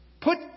put